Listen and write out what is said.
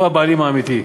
הוא הבעלים האמיתי.